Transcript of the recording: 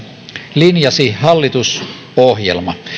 linjasi hallitusohjelma